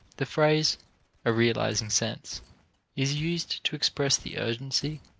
the phrase a realizing sense is used to express the urgency,